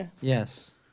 Yes